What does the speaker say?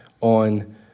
on